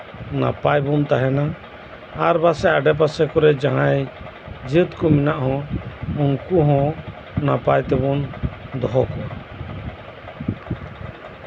ᱱᱟᱯᱟᱭ ᱵᱚᱱ ᱛᱟᱸᱦᱮᱱᱟ ᱟᱨ ᱯᱟᱥᱮᱡ ᱟᱰᱮ ᱯᱟᱥᱮ ᱠᱚᱨᱮᱜ ᱡᱟᱸᱦᱟᱭ ᱡᱟᱹᱛ ᱠᱚ ᱢᱮᱱᱟᱜ ᱠᱚ ᱩᱱᱠᱩ ᱦᱚᱸ ᱱᱟᱯᱟᱭ ᱛᱮᱵᱚᱱ ᱫᱚᱦᱚ ᱠᱚᱣᱟ